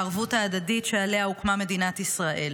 לערבות ההדדית שעליה הוקמה מדינת ישראל.